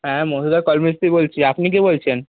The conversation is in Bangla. হ্যাঁ মধুদা কল মিস্ত্রি বলছি আপনি কে বলছেন